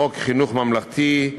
לחוק חינוך ממלכתי,